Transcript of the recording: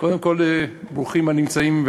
קודם כול ברוכים הנמצאים.